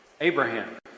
Abraham